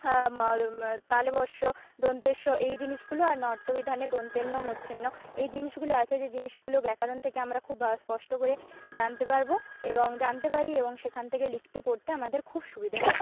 তালব্য শ দন্ত্য স এই জিনিসগুলো আর ণত্ববিধান দন্ত্য ন মূর্ধন্য ণ এই জিনিসগুলো আছে যে জিনিসগুলো ব্যাকরণ থেকে আমরা খুব স্পষ্ট করে জানতে পারবো এবং জানতে পারি এবং সেখান থেকে লিখতে পড়তে আমাদের খুব সুবিধে হয়